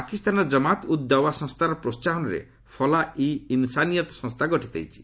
ପାକିସ୍ତାନର ଜମାତ୍ ଉଦ୍ ଦୱା ସଂସ୍ଥାର ପ୍ରୋସାହନରେ ଫଲା ଇ ଇନ୍ସାନିୟତ୍ ସଂସ୍ଥା ଗଠିତ ହୋଇଛି